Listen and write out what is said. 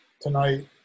tonight